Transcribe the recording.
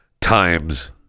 times